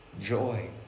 joy